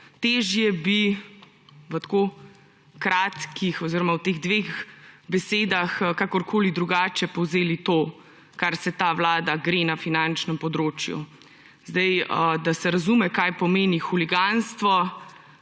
Težje bi v tako kratkih oziroma v teh dveh besedah kakorkoli drugače povzeli to, kar se ta vlada gre na finančnem področju. Da se razume, kaj pomeni huliganstvo,